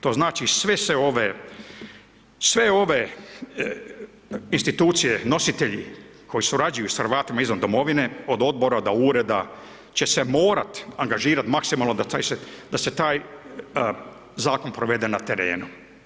To znači sve se ove, sve ove institucije, nositelji koji surađuju s Hrvatima izvan domovine, od Odbora do Ureda, će se morat angažirat maksimalno da se taj Zakon provede na terenu.